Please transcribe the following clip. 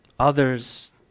Others